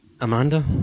Amanda